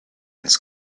ins